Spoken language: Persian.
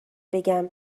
بگم